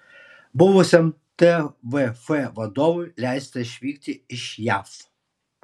buvusiam tvf vadovui leista išvykti iš jav